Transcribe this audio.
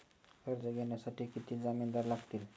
कर्ज घेण्यासाठी किती जामिनदार लागतील?